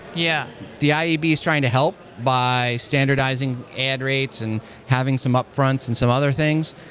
yeah the iab is trying to help by standardizing ad rates and having some up-fronts and some other things.